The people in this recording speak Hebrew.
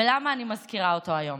ולמה אני מזכירה אותו היום?